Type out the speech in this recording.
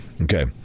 Okay